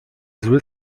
zły